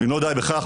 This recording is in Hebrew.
ואם לא די בכך,